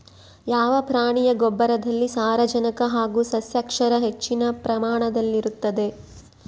ಯಾವ ಪ್ರಾಣಿಯ ಗೊಬ್ಬರದಲ್ಲಿ ಸಾರಜನಕ ಹಾಗೂ ಸಸ್ಯಕ್ಷಾರ ಹೆಚ್ಚಿನ ಪ್ರಮಾಣದಲ್ಲಿರುತ್ತದೆ?